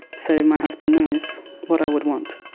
so my husband knows what i would want.